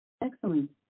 Excellent